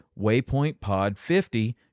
waypointpod50